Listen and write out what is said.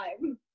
time